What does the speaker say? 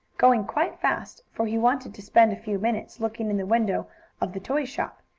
going quite fast, for he wanted to spend a few minutes looking in the window of the toy shop,